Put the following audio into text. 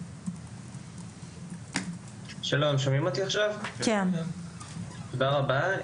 שלום, תודה רבה.